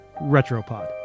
Retropod